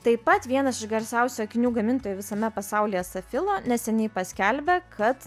taip pat vienas iš garsiausių akinių gamintojų visame pasaulyje safilo neseniai paskelbė kad